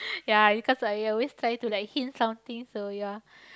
ya because like I always try to like hint something so ya